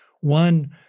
One